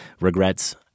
regrets